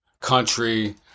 country